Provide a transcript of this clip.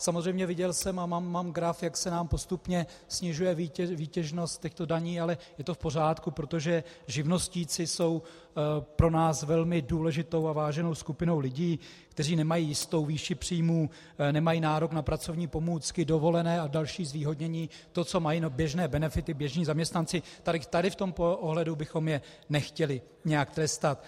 Samozřejmě viděl jsem a mám graf, jak se nám postupně snižuje výtěžnost těchto daní, ale je to v pořádku, protože živnostníci jsou pro nás velmi důležitou a váženou skupinou lidí, kteří nemají jistou výši příjmů, nemají nárok na pracovní pomůcky, dovolené a další zvýhodnění, to, co mají běžné benefity běžní zaměstnanci, tady v tomto ohledu bychom je nechtěli nějak trestat.